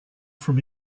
from